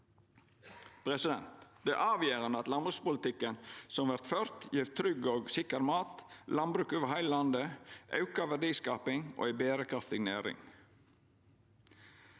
er truga. Det er avgjerande at landbrukspolitikken som vert ført, gjev trygg og sikker mat, landbruk over heile landet, auka verdiskaping og ei berekraftig næring.